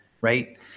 Right